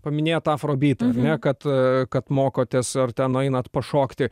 paminėjot afrobyt ar ne kad a kad mokotės ar ten nueinat pašokti